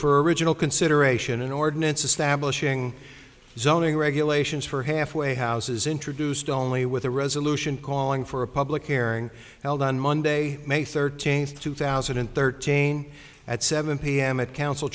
for original consideration an ordinance establishing zoning regulations for halfway houses introduced only with a resolution calling for a public airing held on monday may thirteenth two thousand and thirteen at seven p m at council